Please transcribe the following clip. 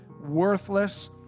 worthless